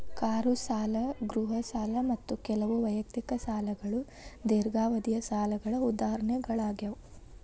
car ಸಾಲ ಗೃಹ ಸಾಲ ಮತ್ತ ಕೆಲವು ವೈಯಕ್ತಿಕ ಸಾಲಗಳು ದೇರ್ಘಾವಧಿಯ ಸಾಲಗಳ ಉದಾಹರಣೆಗಳಾಗ್ಯಾವ